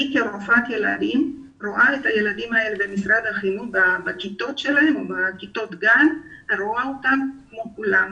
כרופאת ילדים אני רואה את הילדים האלה בכיתות שלהם ובכיתות גן כמו כולם.